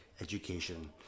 education